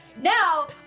Now